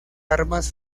armas